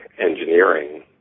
engineering